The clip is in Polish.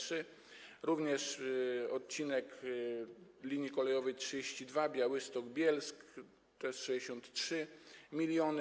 Również odcinek linii kolejowej nr 32, Białystok - Bielsk, to są 63 mln zł.